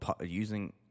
using